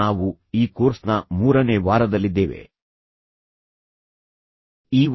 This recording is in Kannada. ನಾವು ಈ ಕೋರ್ಸ್ನ ಮೂರನೇ ವಾರದಲ್ಲಿದ್ದೇವೆ ಮತ್ತು ನಾವು ಬಹುತೇಕ ಮೂರನೇ ವಾರದ ಮಧ್ಯದಲ್ಲಿದ್ದೇವೆ